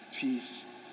peace